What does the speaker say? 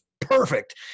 perfect